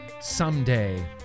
someday